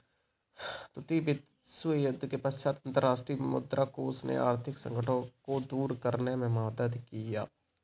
द्वितीय विश्वयुद्ध के पश्चात अंतर्राष्ट्रीय मुद्रा कोष ने आर्थिक संकटों को दूर करने में मदद किया